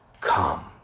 come